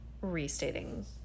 restating